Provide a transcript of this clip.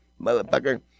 Motherfucker